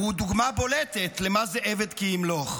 הוא דוגמה בולטת למה זה "עבד כי ימלוך".